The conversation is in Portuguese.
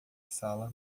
sala